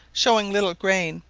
showing little grain,